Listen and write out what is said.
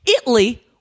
Italy